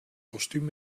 kostuum